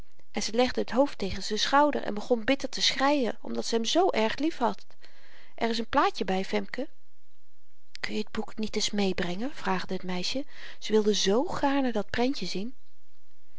en ze legde t hoofd tegen zyn schouder en begon bitter te schreien omdat ze hem zoo erg liefhad er is een plaatje by femke kun je t boekjen niet eens meêbrengen vraagde het meisje ze wilde zoo gaarne dat prentje zien